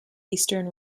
eastern